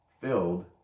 filled